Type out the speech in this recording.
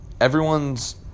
everyone's